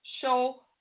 Show